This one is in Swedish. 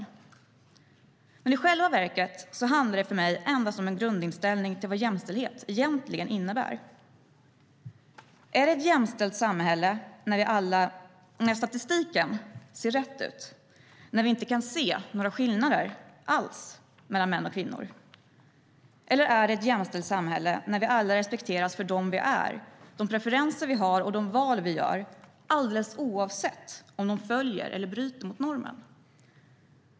Men i själva verket handlar det för mig endast om en grundinställning till vad jämställdhet egentligen innebär. Är det ett jämställt samhälle när statistiken ser rätt ut och när vi inte kan se några skillnader alls mellan män och kvinnor? Eller är det ett jämställt samhälle när vi alla respekteras för dem vi är, de preferenser vi har och de val vi gör alldeles oavsett om de följer eller bryter mot normen?